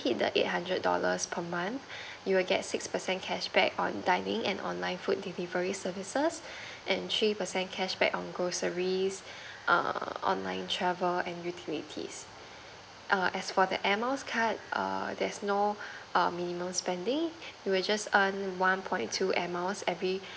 keep the eight hundred dollars per month you'll get six percent cashback on dining and online food delivery services and three percent cashback on groceries err online travel and utilities err as for the air miles card err there's no err minimum spending you will just earn one point two air miles every